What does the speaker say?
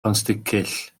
pontsticill